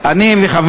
לא הוסטל